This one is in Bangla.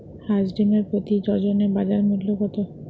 হাঁস ডিমের প্রতি ডজনে বাজার মূল্য কত?